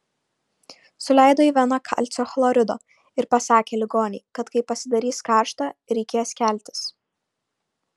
suleido į veną kalcio chlorido ir pasakė ligonei kad kai pasidarys karšta reikės keltis